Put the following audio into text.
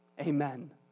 Amen